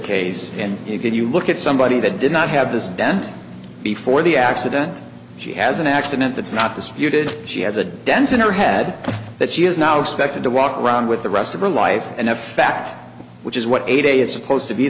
case and you can you look at somebody that did not have this dent before the accident she has an accident that's not disputed she has a dent in her head that she is now expected to walk around with the rest of her life in effect which is what a j is supposed to be